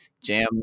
jam